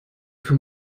für